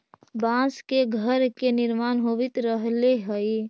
बाँस से घर के निर्माण होवित रहले हई